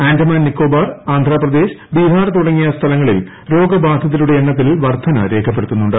ആൻഡമാൻ നിക്കോബാർ ആന്ധ്രപ്രദേശ് ബീഹാർ തുടങ്ങിയ സ്ഥലങ്ങളിൽ രോഗ ബാധിതരുടെ എണ്ണത്തിൽ വർദ്ധന രേഖപ്പെടുത്തുന്നുണ്ട്